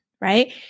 Right